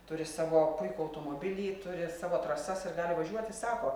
turi savo puikų automobilį turi savo trasas ir gali važiuoti sako